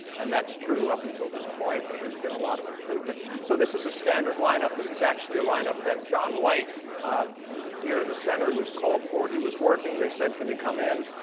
and that's true up until this point, though there's been a lot of improvement. so this is a standard lineup. this is actually a lineup that john white here in the center was called for. he was working. they said, can you come in?